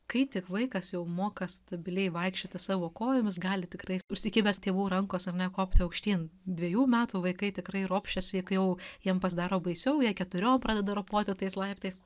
kai tik vaikas jau moka stabiliai vaikščioti savo kojomis gali tikrai užsikibęs tėvų rankos ar ne kopti aukštyn dvejų metų vaikai tikrai ropščiasi kai jau jiem pasidaro baisiau jie keturiom pradeda ropoti tais laiptais